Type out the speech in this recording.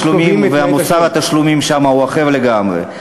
התשלומים ומוסר התשלומים שם הם אחרים לגמרי.